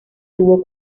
tuvo